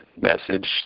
message